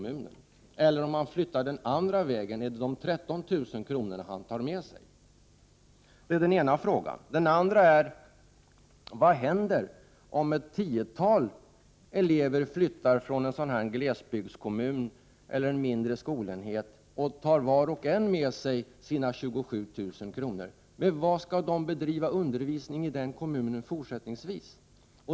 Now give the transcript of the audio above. som han har med sig om han flyttar andra vägen? Med vilka medel skall man i fortsättningen bedriva undervisning i en kommun om ett tiotal elever flyttar från en glesbygdskommun eller en skolenhet och var och en tar med sig sina 27 000 kr.?